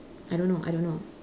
I don't know I don't know